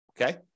Okay